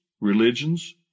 religions